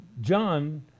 John